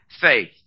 faith